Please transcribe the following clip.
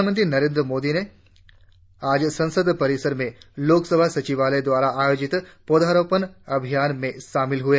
प्रधानमंत्री नरेंद्र मोदी ने आज संसद परिसर में लोकसभा सचिवालय द्वारा आयोजित पौधारोपण अभियान में शामिल हुए